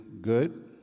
good